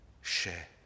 share